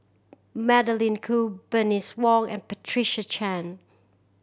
Magdalene Khoo Bernice Wong and Patricia Chan